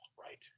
right